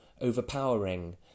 overpowering